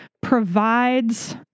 provides